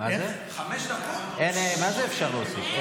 מה זה אפשר להוסיף?